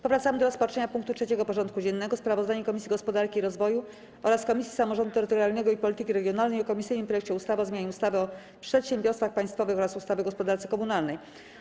Powracamy do rozpatrzenia punktu 3. porządku dziennego: Sprawozdanie Komisji Gospodarki i Rozwoju oraz Komisji Samorządu Terytorialnego i Polityki Regionalnej o komisyjnym projekcie ustawy o zmianie ustawy o przedsiębiorstwach państwowych oraz ustawy o gospodarce komunalnej.